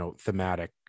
thematic